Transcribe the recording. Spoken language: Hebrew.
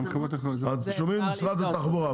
מה אומר משרד התחבורה?